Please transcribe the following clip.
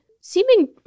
seeming